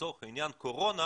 לצורך העניין קורונה,